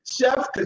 Chef